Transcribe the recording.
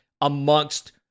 amongst